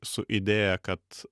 su idėja kad